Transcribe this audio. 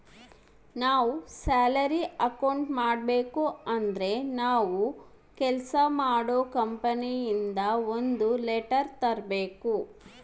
ನಾವ್ salary account ಮಾಡಬೇಕು ಅಂದ್ರೆ ನಾವು ಕೆಲ್ಸ ಮಾಡೋ ಕಂಪನಿ ಇಂದ ಒಂದ್ ಲೆಟರ್ ತರ್ಬೇಕು